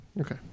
Okay